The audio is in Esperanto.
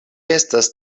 estas